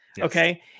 Okay